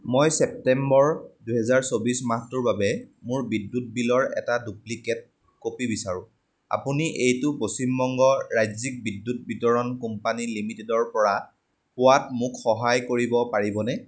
মই ছেপ্টেম্বৰ দুহেজাৰ চৌবিছ মাহটোৰ বাবে মোৰ বিদ্যুৎ বিলৰ এটা ডুপ্লিকেট কপি বিচাৰোঁ আপুনি এইটো পশ্চিম বংগ ৰাজ্যিক বিদ্যুৎ বিতৰণ কোম্পানী লিমিটেডৰপৰা পোৱাত মোক সহায় কৰিব পাৰিবনে